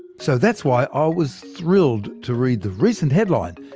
so that's why i was thrilled to read the recent headline,